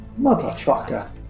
motherfucker